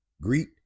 greet